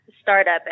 startup